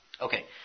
Okay